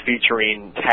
featuring